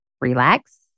relax